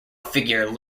figure